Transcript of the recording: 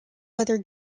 leather